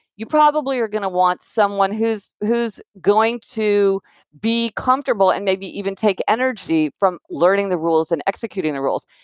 you probably are going to want someone who's who's going to be comfortable and maybe even take energy from learning the rules and executing the rules.